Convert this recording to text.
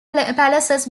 palaces